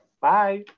Bye